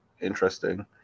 interesting